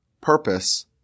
purpose